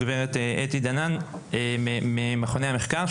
הגברת אתי וייסבלאי ממכוני המחקר,